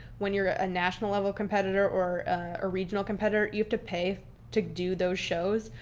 when you're a national level competitor or a regional competitor, you have to pay to do those shows.